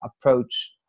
approach